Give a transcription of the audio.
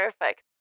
perfect